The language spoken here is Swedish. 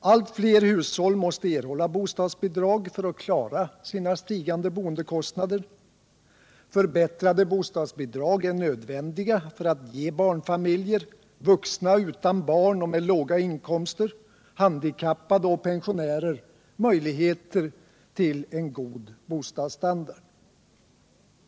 Allt fler hushåll måste erhålla bostadsbidrag för att klara sina stigande boendekostnader. Förbättrade bostadsbidrag är nödvändiga för att ge barnfamiljer, vuxna utan barn och med låga inkomster, handikappade och pensionärer möjligheter till en god bostadsstandard.